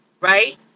right